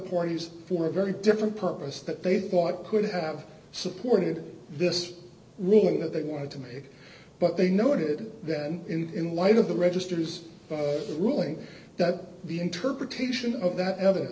corys for a very different purpose that they thought could have supported this ruling that they wanted to make but they noted that in light of the registers the ruling that the interpretation of that other